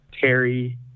Terry